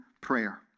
prayer